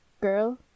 girl